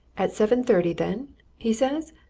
at seven-thirty, then he says.